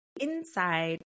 inside